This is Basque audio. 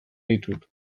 ditut